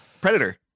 Predator